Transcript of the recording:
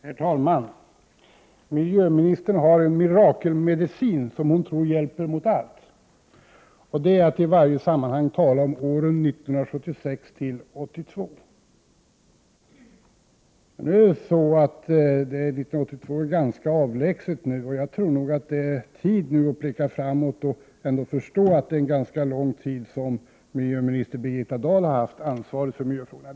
Herr talman! Miljöministern har en mirakelmedicin som hon tror hjälper mot allt. Det är att i varje sammanhang tala om åren 1976-1982. 1982 är ganska avlägset nu, och det är nu tid att blicka framåt. Miljöminister Birgitta Dahl har nu under en ganska lång tid haft ansvaret för miljöfrågorna.